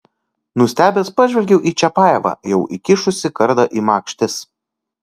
nustebęs pažvelgiau į čiapajevą jau įkišusį kardą į makštis